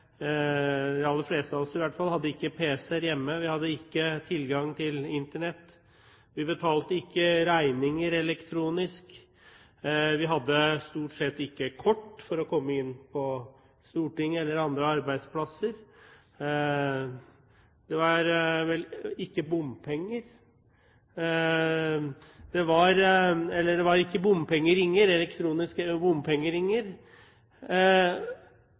de aller fleste av oss hadde ikke pc-er hjemme, vi hadde ikke tilgang til Internett, vi betalte ikke regninger elektronisk, vi hadde stort sett ikke kort for å komme inn på Stortinget eller på andre arbeidsplasser, og det var ikke elektroniske bompengeringer.